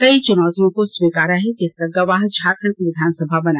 कई चुनौतियों को स्वीकारा है जिसका गवाह झारखण्ड विधानसभा बना